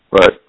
Right